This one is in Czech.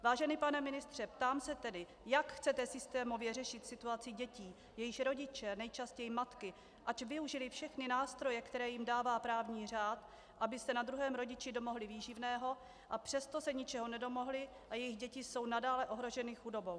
Vážený pane ministře, ptám se tedy, jak chcete systémově řešit situaci dětí, jejichž rodiče, nejčastěji matky, ač využili všechny nástroje, které jim dává právní řád, aby se na druhém rodiči domohli výživného, a přesto se ničeho nedomohli a jejich děti jsou nadále ohroženy chudobou.